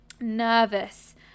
nervous